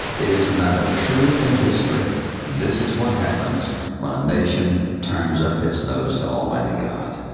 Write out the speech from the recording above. it is a matter of truth in history this is what happens when a nation turns up its nose to almighty god.